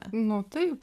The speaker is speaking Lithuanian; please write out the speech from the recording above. nu taip